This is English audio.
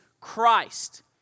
Christ